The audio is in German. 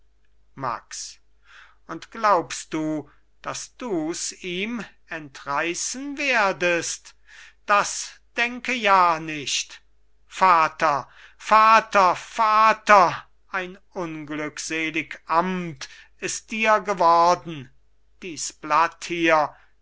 max und glaubst du daß dus ihm entreißen werdest das denke ja nicht vater vater vater ein unglückselig amt ist dir geworden dies blatt hier